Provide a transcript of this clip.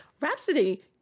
rhapsody